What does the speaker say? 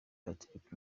patrick